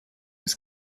was